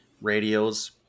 radios